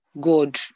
God